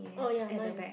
oh ya mine